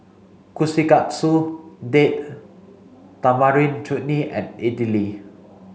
Kushikatsu Date Tamarind Chutney and Idili